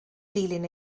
dilyn